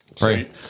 Right